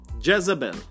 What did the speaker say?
Jezebel